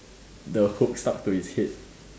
the hook stuck to his head